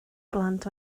blant